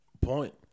Point